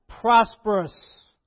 Prosperous